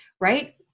right